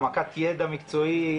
העמקת ידע מקצועי,